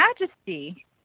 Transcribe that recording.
Majesty